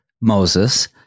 Moses